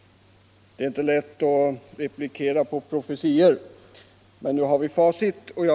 Det var inte då lätt att replikera, men nu har vi facit.